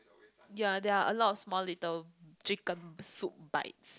ya there're a lot of small little chicken soup bites